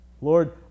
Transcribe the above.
Lord